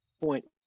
point